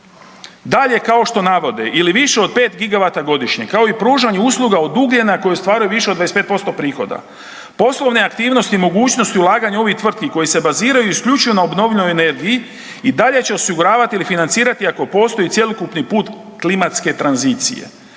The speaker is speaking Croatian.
Dalje, kao što navode ili više od 5 gigavata godišnje, kao i pružanje usluga od ugljena koji stvaraju više od 25% prihoda. Poslovne aktivnosti, mogućnosti ulaganja u ovih tvrtki koje se baziraju isključivo na obnovljivoj energiji, i dalje će osiguravati ili financirati ako postoji cjelokupni put klimatske tranzicije.